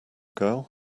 girl